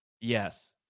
yes